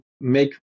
make